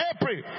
April